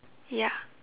ya